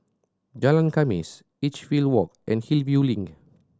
Jalan Khamis Edgefield Walk and Hillview Link